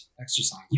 exercise